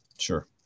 Sure